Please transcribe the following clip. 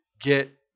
get